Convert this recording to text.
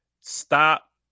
stop